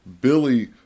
Billy